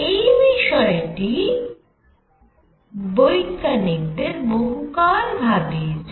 এই বিষয়টি বৈজ্ঞানিকদের বহুকাল ভাবিয়েছে